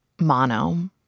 mono